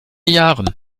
jahren